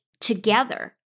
together